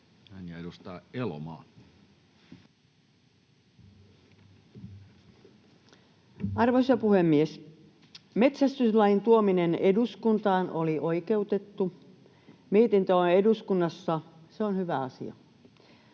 Näin. — Edustaja Elomaa. Arvoisa puhemies! Metsästyslain tuominen eduskuntaan oli oikeutettua. Mietintö on eduskunnassa, ja